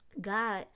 God